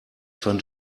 fand